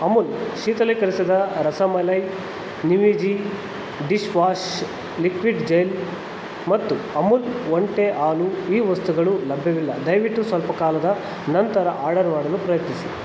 ಅಮುಲ್ ಶೀತಲೀಕರಿಸಿದ ರಸಮಲೈ ನಿಮೀಜಿ dish wash liquid gel ಮತ್ತು ಅಮುಲ್ ಒಂಟೆ ಹಾಲು ಈ ವಸ್ತುಗಳು ಲಭ್ಯವಿಲ್ಲ ದಯವಿಟ್ಟು ಸ್ವಲ್ಪ ಕಾಲದ ನಂತರ ಆರ್ಡರ್ ಮಾಡಲು ಪ್ರಯತ್ನಿಸಿ